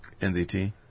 NZT